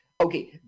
Okay